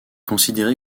considéré